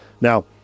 now